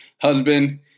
husband